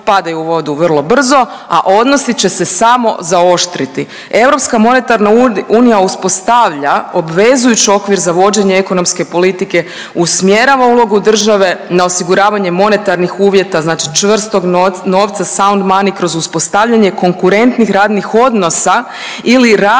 padaju u vodu vrlo brzo, a odnosi će se samo zaoštriti. Europska monetarna unija uspostavlja obvezujući okvir za vođenje ekonomske politike, usmjerava ulogu države na osiguravanje monetarnih uvjeta znači čvrstog novca sound money kroz uspostavljanje konkurentnih radnih odnosa ili radnih